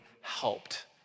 helped